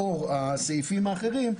לאור הסעיפים האחרים,